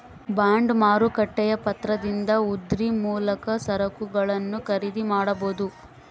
bond ಮಾರುಕಟ್ಟೆಯ ಪತ್ರದಿಂದ ಉದ್ರಿ ಮೂಲಕ ಸರಕುಗಳನ್ನು ಖರೀದಿ ಮಾಡಬೊದು